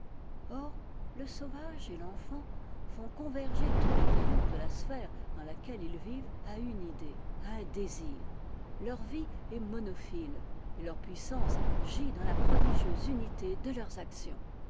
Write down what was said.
or le sauvage et l'enfant font converger tous les rayons de la sphère dans laquelle ils vivent à une idée à un désir leur vie est monophile et leur puissance gît dans la prodigieuse unité de leurs actions